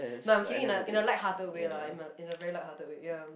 no I'm kidding in a in a light hearted way lah in a in a very light hearted way ya